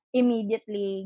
immediately